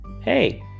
Hey